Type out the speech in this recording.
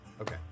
okay